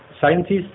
scientists